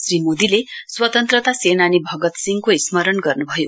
श्री मोदीले स्वतन्त्रता सेनानी भगत सिंहलाई स्मरण गर्नु भयो